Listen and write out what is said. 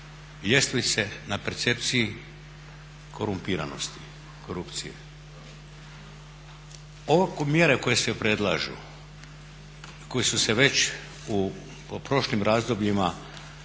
ljestvice na percepciji korumpiranosti, korupcije. Ove mjere koje se predlažu, koje su se već u prošlim razdobljima provodile,